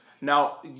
Now